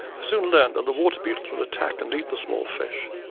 i soon learnt that the water beetles would attack and eat the small fish.